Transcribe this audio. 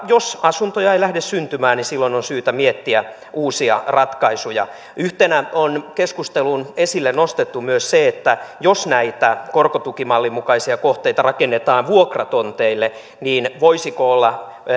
jos asuntoja ei lähde syntymään niin silloin on syytä miettiä uusia ratkaisuja yhtenä on keskusteluun esille nostettu myös se että jos näitä korkotukimallin mukaisia kohteita rakennetaan vuokratonteille niin voisiko olla